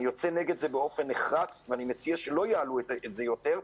אני יוצא נגד זה באופן נחרץ ואני מציע שלא יעלו את זה יותר,